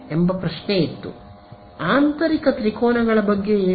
ಎಂಬ ಪ್ರಶ್ನೆ ಇತ್ತು ಆಂತರಿಕ ತ್ರಿಕೋನಗಳ ಬಗ್ಗೆ ಏನು